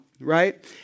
right